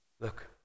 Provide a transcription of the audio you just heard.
Look